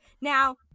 Now